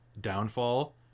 downfall